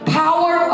power